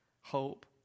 hope